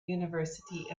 university